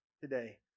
today